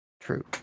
True